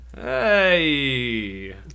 Hey